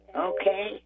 Okay